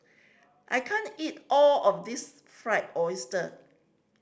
I can't eat all of this Fried Oyster